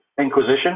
Inquisition